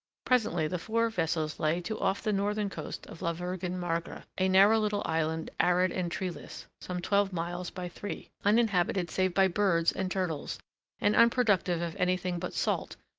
presently the four vessels lay to off the northern coast of la virgen magra, a narrow little island arid and treeless, some twelve miles by three, uninhabited save by birds and turtles and unproductive of anything but salt,